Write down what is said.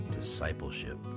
discipleship